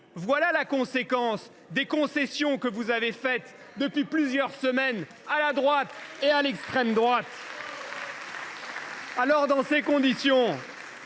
Voilà la conséquence des concessions que vous faites depuis plusieurs semaines à la droite et à l’extrême droite. Dans ces conditions,